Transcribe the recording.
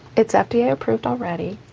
it's fda yeah approved already,